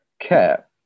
care